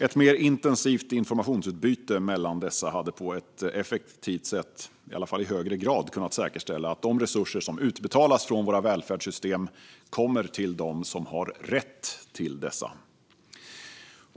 Ett mer intensivt informationsutbyte mellan dessa hade på ett effektivt sätt i alla fall i högre grad kunnat säkerställa att de resurser som utbetalas från våra välfärdssystem kommer till dem som har rätt till dessa.